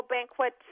Banquet